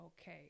okay